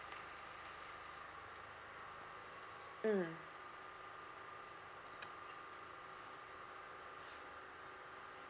mm